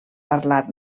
parlar